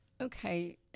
Okay